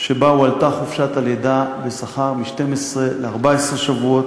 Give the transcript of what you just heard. שבה הוארכה חופשת הלידה מ-12 ל-14 שבועות,